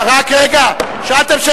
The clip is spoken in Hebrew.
רק רגע, שאלתם.